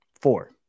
four